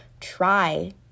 try